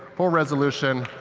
full resolution.